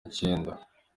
icyenda